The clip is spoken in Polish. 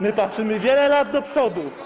My patrzymy wiele lat do przodu.